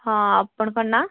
ହଁ ଆପଣଙ୍କ ନାଁ